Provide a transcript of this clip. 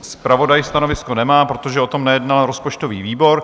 Zpravodaj stanovisko nemá, protože o tom nejednal rozpočtový výbor.